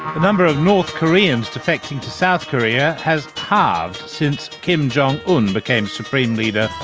number of north koreans defecting to south korea has halved since kim jong-un became supreme leader.